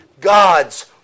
God's